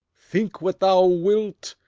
think what thou wilt,